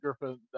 Griffin